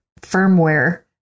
firmware